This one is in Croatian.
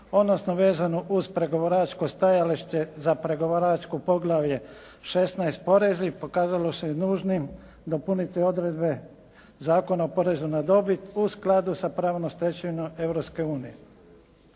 odnosno vezano uz pregovaračko stajalište za pregovaračko poglavlje 16 – Porezi pokazalo se nužnim dopuniti odredbe Zakona o porezu na dobit u skladu sa pravnom stečevinom